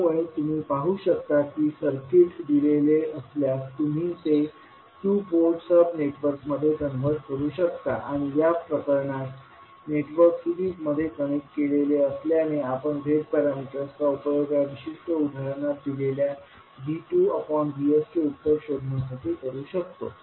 त्यामुळे तुम्ही पाहू शकता की सर्किट दिलेले असल्यास तुम्ही ते टू पोर्ट सब नेटवर्कमध्ये कन्व्हर्ट करू शकता आणि या प्रकरणात नेटवर्क सीरिजमध्ये कनेक्ट केलेले असल्याने आपण Z पॅरामीटर्सचा उपयोग या विशिष्ट उदाहरणात दिलेल्या V2VSचे उत्तर शोधण्यासाठी करू शकतो